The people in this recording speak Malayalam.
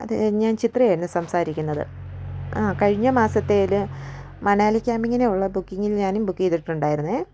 അതെ ഞാൻ ചിത്രയായിരുന്നു സംസാരിക്കുന്നത് കഴിഞ്ഞ മാസത്തേതില് മണാലി ക്യാമ്പിങ്ങിനുള്ള ബുക്കിങ്ങിന് ഞാനും ബുക്ക് ചെയ്തിട്ടുണ്ടായിരുന്നേ